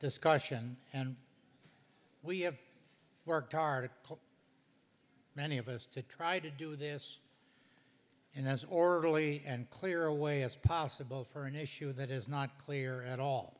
discussion and we have worked hard many of us to try to do this and as orderly and clear away as possible for an issue that is not clear at all